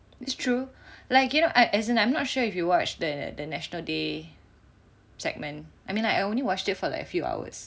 it's true like you know I as in I'm not sure if you watched the the National day segment I mean like I only watched it for like a few hours